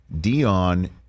Dion